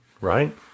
Right